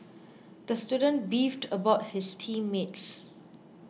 the student beefed about his team mates